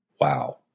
wow